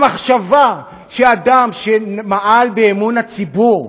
המחשבה שאדם שמעל באמון הציבור,